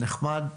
נחמד,